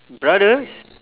brothers